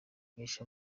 mugisha